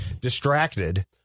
distracted